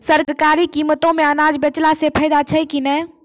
सरकारी कीमतों मे अनाज बेचला से फायदा छै कि नैय?